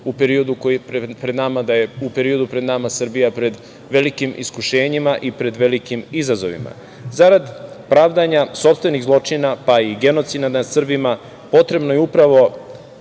u periodu pred nama je Srbija pred velikim iskušenjima i pred velikim izazovima. Zarad pravdanja sopstvenih zločina, pa i genocida nad Srbima, potrebno je upravo